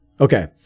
Okay